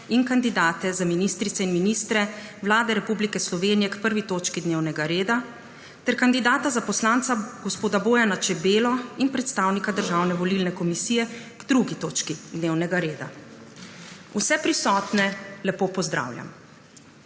in kandidate za ministrice in ministre Vlade Republike Slovenije k 1. točki dnevnega reda ter kandidata za poslanca Bojana Čebelo in predstavnika Državne volilne komisije k 2. točki dnevnega reda. Vse prisotne lepo pozdravljam!